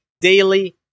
daily